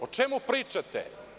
O čemu pričate?